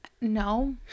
No